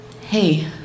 hey